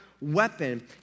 weapon